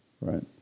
Right